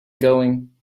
going